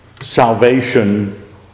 salvation